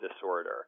disorder